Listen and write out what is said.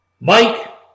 Mike